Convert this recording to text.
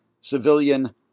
Civilian